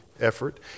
effort